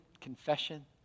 confession